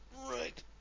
Right